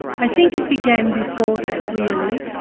i think it began before that really.